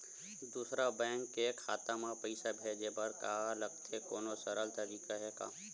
दूसरा बैंक के खाता मा पईसा भेजे बर का लगथे कोनो सरल तरीका हे का?